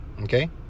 Okay